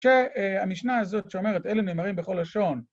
‫שהמשנה הזאת שאומרת, ‫אלה נאמרים בכל לשון.